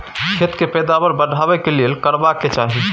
खेत के पैदावार बढाबै के लेल की करबा के चाही?